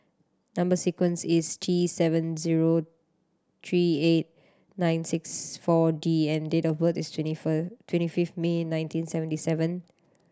number sequence is T seven zero three eight nine six Four D and date of birth is twenty twenty fifth May nineteen seventy seven